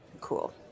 Cool